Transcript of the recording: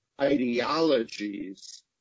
ideologies